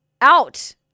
out